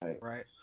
Right